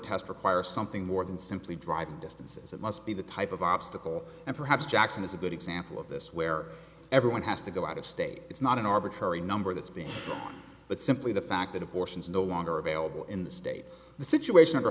test require something more than simply driving distances it must be the type of obstacle and perhaps jackson is a good example of this where everyone has to go out of state it's not an arbitrary number that's being done but simply the fact that abortion is no longer available in the state the situation